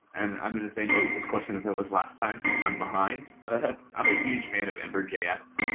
and i'm in the same boat with this question as i was last time. i'm behind, but i'm a huge fan of ember js.